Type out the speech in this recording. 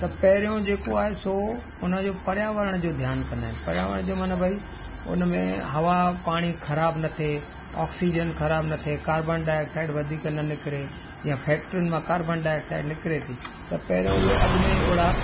त पहिरियों जेको आहे सो उन जो पर्यावरण जो ध्यानु कंदा आहिनि पर्यावरण जो माना भई उन में हवा पाणी ख़राब न थिए ऑक्सीजन ख़राब न थिए कार्बन डाईऑक्साइड वधीक न निकिरे या फैक्ट्रियुनि मां कार्बन डाईऑक्साइड निकिरे थी त पहिरियों उहे अॻ में ई ओड़ा